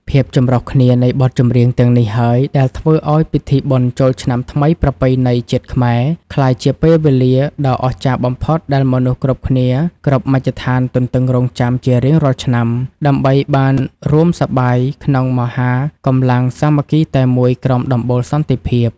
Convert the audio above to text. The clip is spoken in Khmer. ភាពចម្រុះគ្នានៃបទចម្រៀងទាំងនេះហើយ ដែលធ្វើឱ្យពិធីបុណ្យចូលឆ្នាំថ្មីប្រពៃណីជាតិខ្មែរ ក្លាយជាពេលវេលាដ៏អស្ចារ្យបំផុតដែលមនុស្សគ្រប់គ្នាគ្រប់មជ្ឈដ្ឋានទន្ទឹងរង់ចាំជារៀងរាល់ឆ្នាំ ដើម្បីបានរួមសប្បាយក្នុងមហាកម្លាំងសាមគ្គីតែមួយក្រោមដំបូលសន្តិភាព។